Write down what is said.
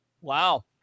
Wow